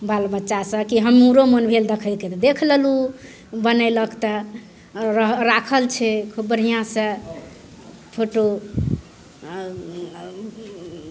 बाल बच्चासभ कि हमरो मोन भेल देखैके तऽ देख लेलहुँ ओ बनेलक तऽ रा राखल छै खूब बढ़िआँसे फोटो आ